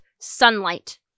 sunlight